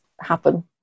happen